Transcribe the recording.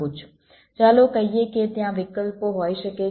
ચાલો કહીએ કે ત્યાં વિકલ્પો હોઈ શકે છે